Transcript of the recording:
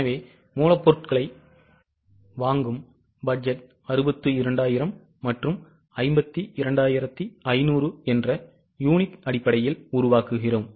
எனவே மூலப்பொருட்களை வாங்கும் பட்ஜெட் 62000 மற்றும் 52500 என்ற யூனிட் அடிப்படையில் உருவாக்குகிறோம்